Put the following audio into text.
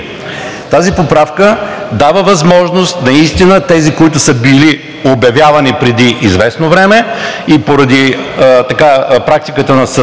Тази поправка дава възможност наистина тези, които са били обявявани преди известно време, и поради практиката на съда